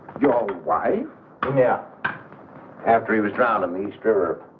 you know why yeah after he was down at least or.